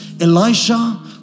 Elisha